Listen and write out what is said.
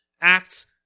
acts